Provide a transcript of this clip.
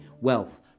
Wealth